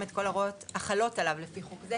את כל ההוראות החלות עליו לפי חוק זה,